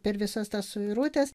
per visas tas suirutes